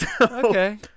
Okay